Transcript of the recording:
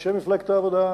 מאנשי מפלגת העבודה,